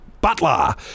butler